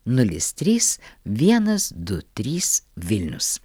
nulis trys vienas du trys vilnius